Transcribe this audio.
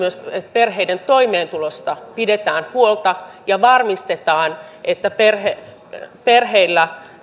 perheiden toimeentulosta pidetään huolta ja varmistetaan että perheillä